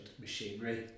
machinery